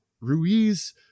Ruiz